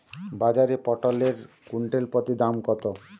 বাজারে পটল এর কুইন্টাল প্রতি দাম কত?